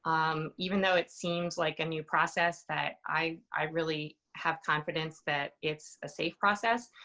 um, even though it seems like a new process, that i i really have confidence that it's a safe process.